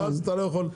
ואז אתה לא יכול.